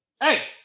Hey